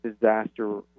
disaster